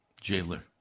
jailer